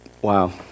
wow